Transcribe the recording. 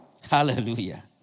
hallelujah